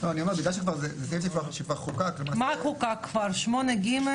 בגלל שזה סעיף שכבר חוקק --- מה חוקק כבר, 8ג?